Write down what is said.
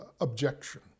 objection